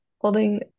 Holding